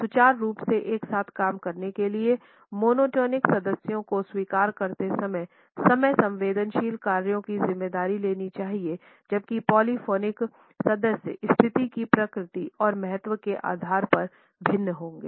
सुचारू रूप से एक साथ काम करने के लिए मोनोटोनिक सदस्यों को स्वीकार करते समय समय संवेदनशील कार्यों की जिम्मेदारी लेनी चाहिए जबकि पॉलीफोनिक सदस्य स्थिति की प्रकृति और महत्व के आधार पर भिन्न होंगे